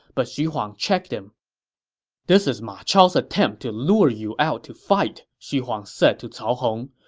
but xu huang checked him this is ma chao's attempt to lure you out to fight, xu huang said to cao hong.